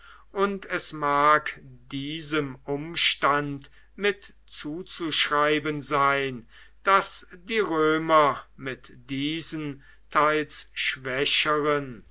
und es mag diesem umstand mit zuzuschreiben sein daß die römer mit diesen teils schwächeren